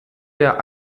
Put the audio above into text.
der